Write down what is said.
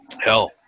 hell